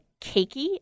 cakey